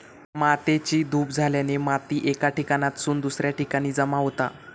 मातेची धूप झाल्याने माती एका ठिकाणासून दुसऱ्या ठिकाणी जमा होता